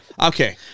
Okay